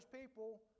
people